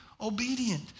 obedient